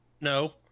No